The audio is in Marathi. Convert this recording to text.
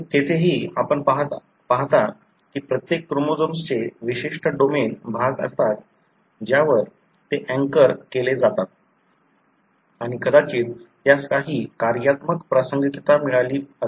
तेथेही आपण पाहता की प्रत्येक क्रोमोझोम्सचे विशिष्ट डोमेन भाग असतात ज्यावर ते अँकर केलेले असतात आणि कदाचित त्यास काही कार्यात्मक प्रासंगिकता मिळाली असेल